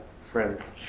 friends